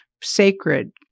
sacred